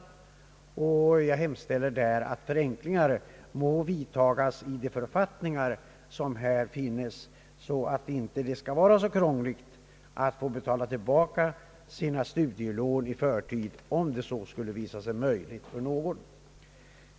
Jag hemställer att förenklingar må vidtagas i gällande författningar, så att det inte skall vara så krångligt att återbetala sitt studielån i förtid, om det skulle visa sig möjligt för någon.